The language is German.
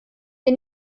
wir